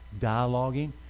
dialoguing